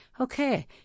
okay